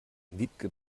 wiebke